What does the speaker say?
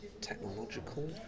technological